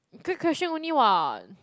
quick question only what